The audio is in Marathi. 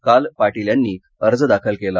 काल पाटील यांनी अर्ज दाखल केला